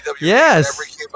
Yes